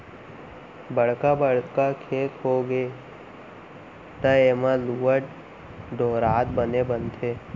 बड़का बड़का खेत होगे त एमा लुवत, डोहारत बने बनथे